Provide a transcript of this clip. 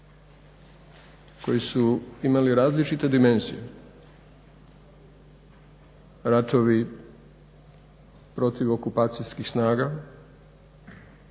koji su imali različite dimenzije, ratovi protiv okupacijskih snaga,